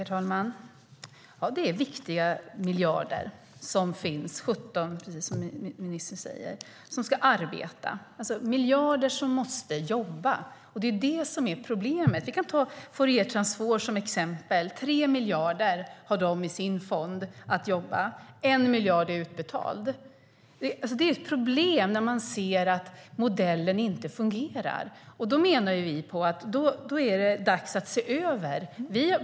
Herr talman! Det är viktiga miljarder som finns - 17, som ministern säger - och som ska arbeta. Det är miljarder som måste jobba, och det är det som är problemet. Vi kan ta Fouriertransform som exempel. De har 3 miljarder i sin fond att jobba med, och 1 miljard är utbetald. Det är ett problem när vi ser att modellen inte fungerar. Då menar vi att det är dags att se över det här.